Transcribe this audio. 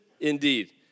indeed